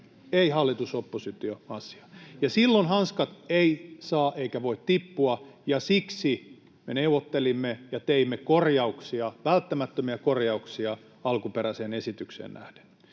ei hallitus—oppositio-asia, ja silloin hanskat eivät saa eivätkä voi tippua, ja siksi me neuvottelimme ja teimme korjauksia, välttämättömiä korjauksia, alkuperäiseen esitykseen nähden.